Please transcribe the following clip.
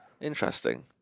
Interesting